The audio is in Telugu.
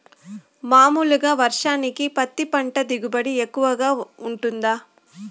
మామూలుగా వర్షానికి పత్తి పంట దిగుబడి ఎక్కువగా గా వుంటుందా?